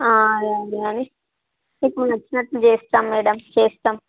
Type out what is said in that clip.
అలాగే అండి ఇప్పుడు నచ్చినట్టు చేస్తాం మ్యాడమ్ చేస్తాం